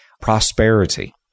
prosperity